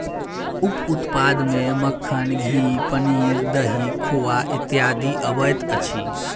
उप उत्पाद मे मक्खन, घी, पनीर, दही, खोआ इत्यादि अबैत अछि